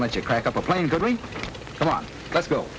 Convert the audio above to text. much a crack up a plane going come on let's go